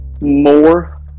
more